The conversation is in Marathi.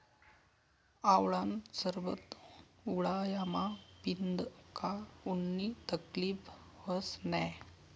आवळानं सरबत उंडायामा पीदं का उननी तकलीब व्हस नै